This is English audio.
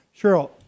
Cheryl